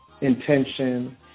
intention